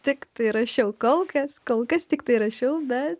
tiktai rašiau kol kas kol kas tiktai rašiau be